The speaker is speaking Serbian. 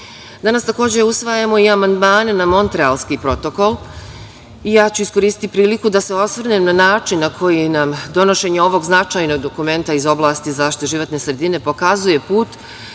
takođe usvajamo i amandman na Montrealski protokol. Ja ću iskoristiti priliku da se osvrnem na način na koji nam donošenje ovog značajnog dokumenta iz oblasti zaštite životne sredine pokazuje put